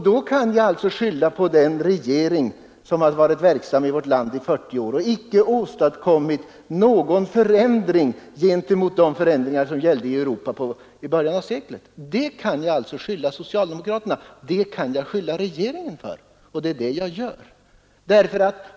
Det kan jag skylla på den regering som varit verksam i vårt land i 40 år och inte åstadkommit någon förändring av de förhållanden som gällde i Europa i början av seklet. Det kan jag skylla socialdemokraterna och regeringen för, och det gör jag.